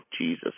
Jesus